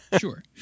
Sure